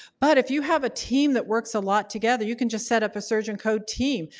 but if you have a team that works a lot together, you can just set up a surgeon code team.